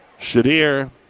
Shadir